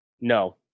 No